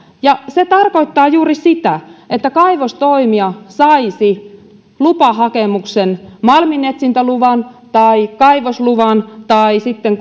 ja se tarkoittaa juuri sitä että kaivostoimija saisi lupahakemuksen malminetsintäluvan tai kaivosluvan tai sitten